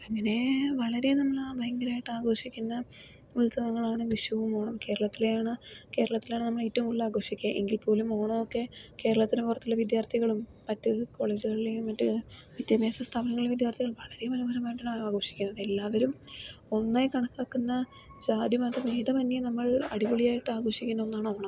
അങ്ങനെ വളരെ നല്ല ഭയങ്കരമായിട്ട് ആഘോഷിക്കുന്ന ഉത്സവങ്ങളാണ് വിഷുവും ഓണവും കേരളത്തിലെ ആണ് കേരളത്തിലാണ് നമ്മൾ ഏറ്റവും കൂടുതൽ ആഘോഷിക്കുക എങ്കിൽ പോലും ഓണമൊക്കെ കേരളത്തിന് പുറത്തുള്ള വിദ്യാർഥികളും മറ്റു കോളേജുകളിലേയും മറ്റ് വിദ്യാഭ്യാസ സ്ഥാപനങ്ങളിലെ വിദ്യാർഥികൾ വളരെ മനോഹരമായിട്ടാണ് ഓണം ആഘോഷിക്കുന്നത് എല്ലാവരും ഒന്നായി കണക്കാക്കുന്ന ജാതി മത ഭേദമന്യേ നമ്മൾ അടിപൊളിയായിട്ട് ആഘോഷിക്കുന്ന ഒന്നാണ് ഓണം